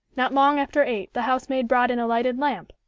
not long after eight the housemaid brought in a lighted lamp,